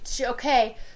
okay